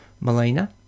Melina